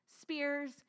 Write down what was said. spears